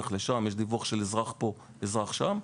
לך לשם.